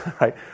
right